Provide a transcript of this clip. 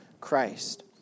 Christ